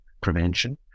prevention